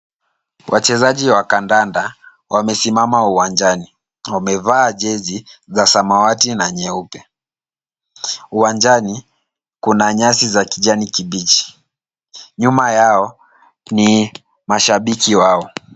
Wachezaji wa kandanda wamesimama uwanjani. Wamevaa jezi za samawati na nyeupe. Uwanjani kuna nyasi za kijani kibichi. Nyuma yao ni mashabiki wao.